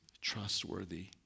trustworthy